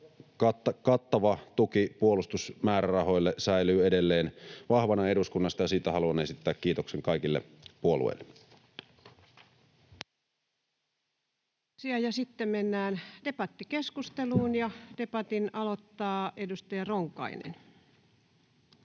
kattava tuki puolustusmäärärahoille säilyy edelleen vahvana eduskunnassa, ja siitä haluan esittää kiitoksen kaikille puolueille. Kiitoksia. — Sitten mennään debattikeskusteluun. — Debatin aloittaa edustaja Ronkainen.